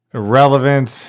irrelevant